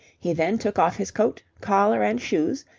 he then took off his coat, collar, and shoes,